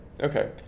Okay